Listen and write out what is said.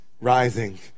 rising